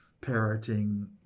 parroting